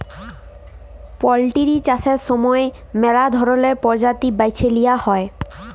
poultry চাষের সময় ম্যালা ধরলের পরজাতি বাছে লিঁয়া হ্যয়